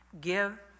Give